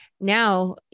now